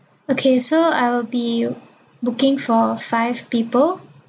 okay so I will be booking for five people